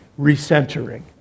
recentering